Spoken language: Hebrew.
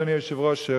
אדוני היושב-ראש,